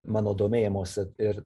mano domėjimosi ir